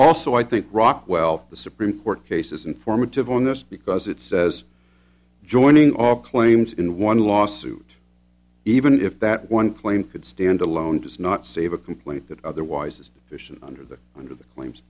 also i think rockwell the supreme court cases informative on this because it says joining all claims in one lawsuit even if that one claim could stand alone does not save a complaint that otherwise is fishing under the under the claims